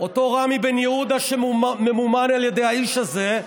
אותו רמי בן יהודה, שממומן על ידי האיש הזה,